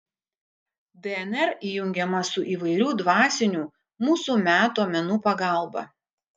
dnr įjungiama su įvairių dvasinių mūsų meto menų pagalba